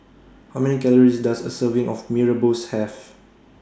How Many Calories Does A Serving of Mee Rebus Have